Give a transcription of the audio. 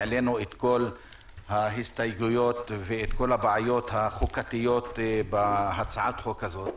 העלינו את כל ההסתייגויות ואת כל הבעיות החוקתיות בהצעת החוק הזאת.